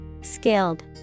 Skilled